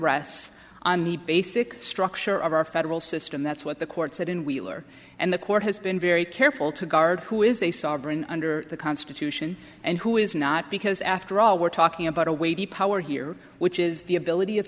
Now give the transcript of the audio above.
rests on the basic structure of our federal system that's what the court said in wheeler and the court has been very careful to guard who is a sovereign under the constitution and who is not because after all we're talking about a weighty power here which is the ability of